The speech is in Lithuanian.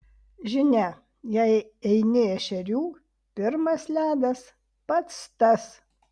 žinia jei eini ešerių pirmas ledas pats tas